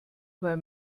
weil